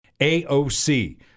AOC